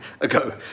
ago